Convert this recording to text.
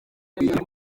twigira